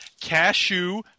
cashew